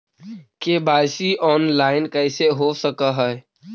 KYC online कैसे हो सक है?